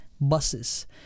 buses